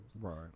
Right